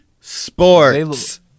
Sports